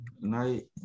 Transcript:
night